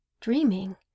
dreaming